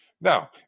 Now